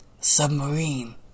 submarine